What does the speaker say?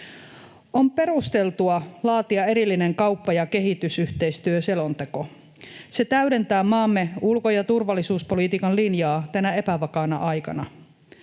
On perusteltua laatia erillinen kauppa- ja kehitysyhteistyöselonteko. Se täydentää maamme ulko- ja turvallisuuspolitiikan linjaa tänä epävakaana aikana.